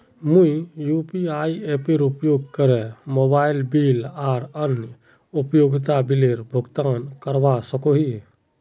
मुई यू.पी.आई एपेर उपयोग करे मोबाइल बिल आर अन्य उपयोगिता बिलेर भुगतान करवा सको ही